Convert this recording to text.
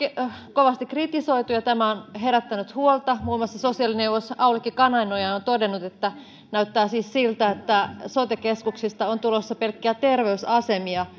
kovasti kritisoitu ja tämä on herättänyt huolta muun muassa ylisosiaalineuvos aulikki kananoja on todennut että näyttää siis siltä että sote keskuksista on tulossa pelkkiä terveysasemia